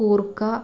കൂർക്ക